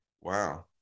Wow